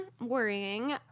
worrying